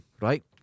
right